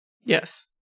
Yes